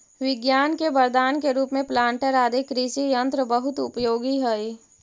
विज्ञान के वरदान के रूप में प्लांटर आदि कृषि यन्त्र बहुत उपयोगी हई